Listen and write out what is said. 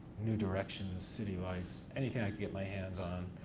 new directions, city lights. anything i could get my hands on.